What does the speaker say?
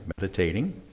meditating